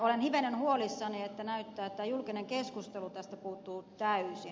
olen hivenen huolissani että näyttää että julkinen keskustelu tästä puuttuu täysin